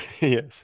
Yes